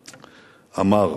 "אמר: